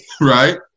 right